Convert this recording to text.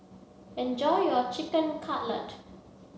enjoy your Chicken Cutlet